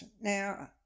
now